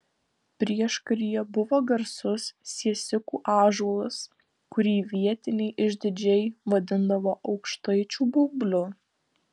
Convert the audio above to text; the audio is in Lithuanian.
prieškaryje buvo garsus siesikų ąžuolas kurį vietiniai išdidžiai vadindavo aukštaičių baubliu